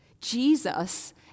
Jesus